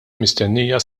mistennija